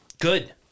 Good